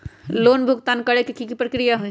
Loan भुगतान करे के की की प्रक्रिया होई?